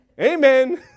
Amen